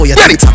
ready